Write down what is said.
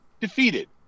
defeated